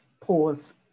pause